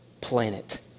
planet